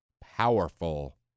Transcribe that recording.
powerful